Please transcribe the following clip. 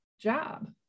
job